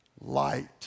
light